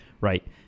Right